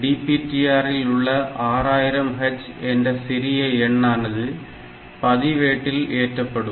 DPTR இல் உள்ள 6000H சிறிய எண் ஆனது பதிவேட்டில் ஏற்றப்படும்